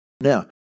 Now